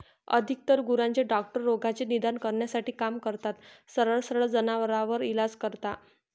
अधिकतर गुरांचे डॉक्टर रोगाचे निदान करण्यासाठी काम करतात, सरळ सरळ जनावरांवर इलाज करता